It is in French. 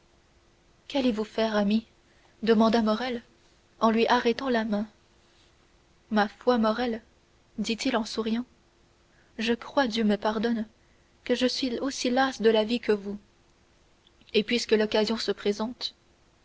qu'allez-vous faire ami demanda morrel en lui arrêtant la main ma foi morrel lui dit-il en souriant je crois dieu me pardonne que je suis aussi las de la vie que vous et puisque l'occasion s'en présente